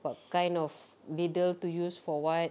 what kind of ladle to use for what